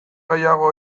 gehiago